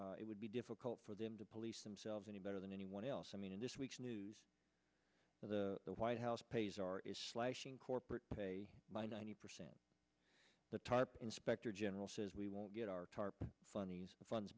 that it would be difficult for them to police themselves any better than anyone else i mean in this week's news for the white house pay czar is slashing corporate pay by ninety percent the tarp inspector general says we won't get our tarp funny's funds